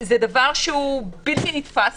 זה דבר בלתי נתפס.